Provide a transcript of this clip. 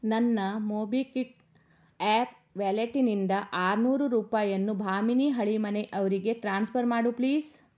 ನನ್ನ MobiKwik app ವ್ಯಾಲೆಟ್ಟಿನಿಂದ ಆರ್ನೂರು ರೂಪಾಯಿಯನ್ನು ಭಾಮಿನಿ ಹಳೀಮನೆ ಅವರಿಗೆ ಟ್ರಾನ್ಸ್ಫರ್ ಮಾಡು ಪ್ಲೀಸ್